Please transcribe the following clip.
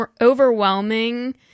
overwhelming